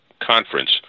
conference